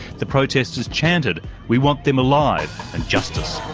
the protesters chanted we want them alive and justice.